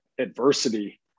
adversity